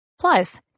Plus